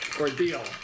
ordeal